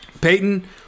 Peyton